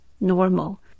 normal